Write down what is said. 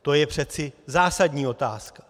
To je přece zásadní otázka.